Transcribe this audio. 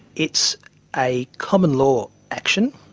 it's a common law action.